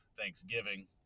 Thanksgiving